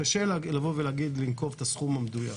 קשה לנקוב בסכום המדויק.